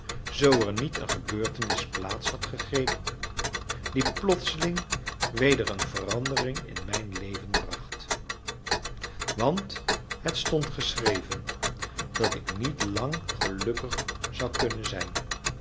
zoo er niet een gebeurtenis plaats had gegrepen die plotseling weder een verandering in mijn leven bracht want het stond geschreven dat ik niet lang gelukkig zou kunnen zijn